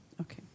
Okay